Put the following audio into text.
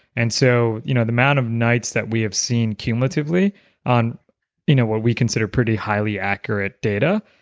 and so you know the amount of nights that we have seen cumulatively on you know what we consider pretty highly accurate data,